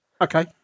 Okay